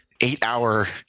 eight-hour